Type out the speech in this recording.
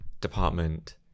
department